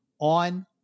on